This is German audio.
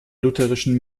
lutherischen